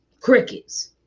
crickets